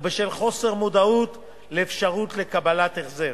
או בשל חוסר מודעות לאפשרות לקבל החזר.